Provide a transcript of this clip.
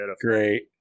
Great